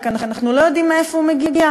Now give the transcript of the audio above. רק אנחנו לא יודעים מאיפה הוא מגיע.